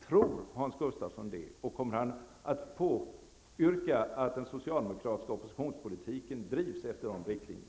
Tror Hans Gustafsson det, och kommer han att påyrka att den socialdemokratiska oppositionspolitiken drivs efter de riktlinjerna?